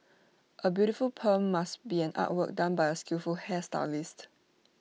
A beautiful perm must be an artwork done by A skillful hairstylist